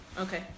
Okay